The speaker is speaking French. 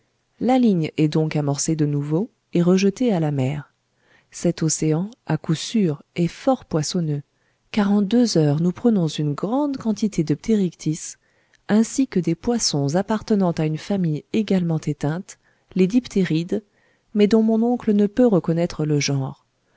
la ligne est donc amorcée de nouveau et rejetée à la mer cet océan à coup sûr est fort poissonneux car en deux heures nous prenons une grande quantité de pterychtis ainsi que des poissons appartenant à une famille également éteinte les dipterides mais dont mon oncle ne peut reconnaître le genre